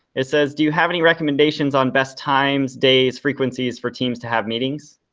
it says do you have any recommendations on best times, days, frequencies for teams to have meetings?